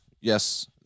Yes